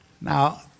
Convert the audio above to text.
Now